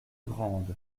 grandes